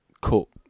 Cook